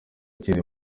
akiri